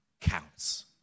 counts